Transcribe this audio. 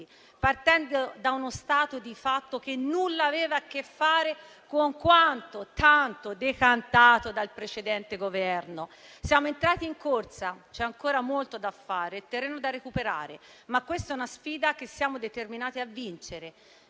partendo da uno stato di fatto che nulla aveva a che fare con quanto tanto decantato dal precedente Governo. Siamo entrati in corsa; c'è ancora molto da fare e molto terreno da recuperare. Ma questa è una sfida che siamo determinati a vincere.